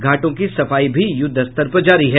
घाटों की सफाई भी यूद्वस्तर पर जारी है